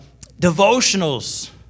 devotionals